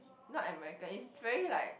not American is very like